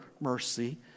mercy